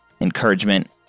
encouragement